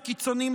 הקיצוניים,